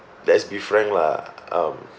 let's be frank lah um